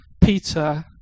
Peter